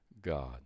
God